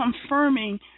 confirming